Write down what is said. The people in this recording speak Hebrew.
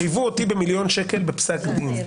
חייבו אותי במיליון שקלים בפסק דין.